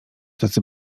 tacy